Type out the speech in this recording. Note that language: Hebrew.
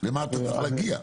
ולמה אתה צריך להגיע.